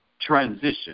transition